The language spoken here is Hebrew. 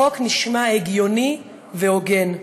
החוק נשמע הגיוני והוגן.